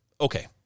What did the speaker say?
okay